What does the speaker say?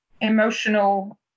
emotional